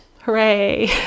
Hooray